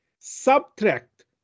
subtract